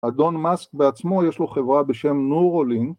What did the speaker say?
‫אדון מאסק בעצמו יש לו חברה ‫בשם ניורל לינק.